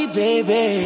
baby